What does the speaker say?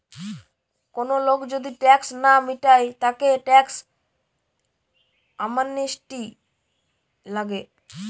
কোন লোক যদি ট্যাক্স না মিটায় তাকে ট্যাক্স অ্যামনেস্টি লাগে